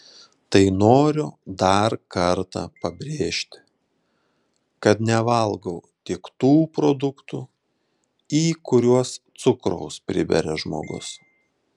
tai noriu dar kartą pabrėžti kad nevalgau tik tų produktų į kuriuos cukraus priberia žmogus